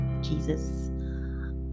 Jesus